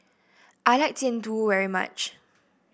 I like Jian Dui very much